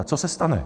Co se stane?